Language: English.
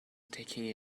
taking